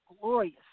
glorious